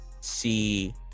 see